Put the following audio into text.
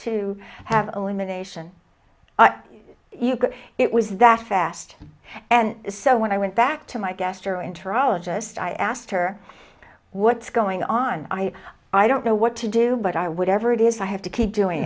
to have elimination you could it was that fast and so when i went back to my gastroenterologist i asked her what's going on i i don't know what to do but i would never it is i have to keep doing